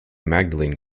magdalene